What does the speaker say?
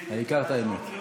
העיקר, את האמת.